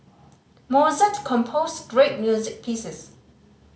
Mozart composed great music pieces